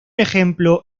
ejemplo